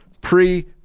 pre